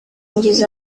ngize